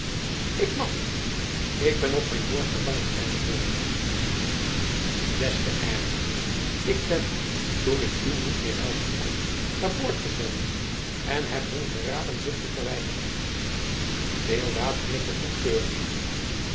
ik mag niet ik ben op mijn woord gevangen zeide deodaat des te erger ik ben toen ik u niet meer helpen kon naar boord gezwommen en heb hun geraden zich te verwijderen deodaat knikte goedkeurend